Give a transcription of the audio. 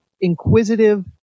Inquisitive